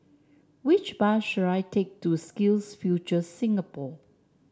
which bus should I take to SkillsFuture Singapore